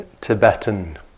Tibetan